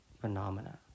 phenomena